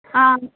ஆ ஆ ம்